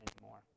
anymore